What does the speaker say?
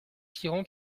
tyran